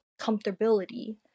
comfortability